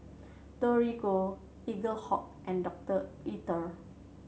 Torigo Eaglehawk and Doctor Oetker